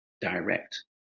direct